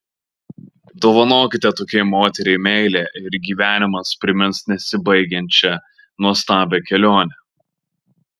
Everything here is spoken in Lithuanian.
dovanokite tokiai moteriai meilę ir gyvenimas primins nesibaigiančią nuostabią kelionę